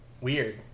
weird